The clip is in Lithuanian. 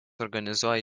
organizuoja